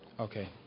Okay